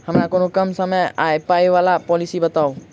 हमरा कोनो कम समय आ पाई वला पोलिसी बताई?